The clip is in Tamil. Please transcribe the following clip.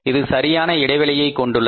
இது சரியான இடைவெளியை கொண்டுள்ளது